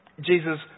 Jesus